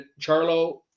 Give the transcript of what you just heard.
Charlo